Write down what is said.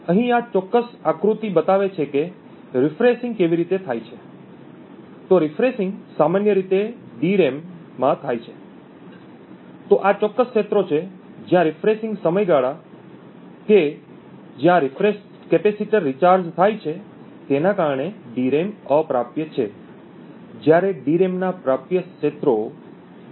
અહીં આ ચોક્કસ છબી બતાવે છે કે રિફ્રેશિંગ કેવી રીતે થાય છે તો રિફ્રેશિંગ સામાન્ય રીતે ડીરેમ સ્ટ્રક્ચરમાળખુંમાં થાય છે તો આ ચોક્કસ ક્ષેત્રો છે જ્યાં રિફ્રેશિંગ સમયગાળા કે જ્યાં કેપેસિટર રિચાર્જ થાય છે તેના કારણે ડીરેમ અપ્રાપ્ય છે જ્યારે ડીરેમ ના પ્રાપ્યક્ષેત્રો અહીં છે